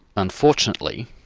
unfortunately,